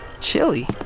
Chili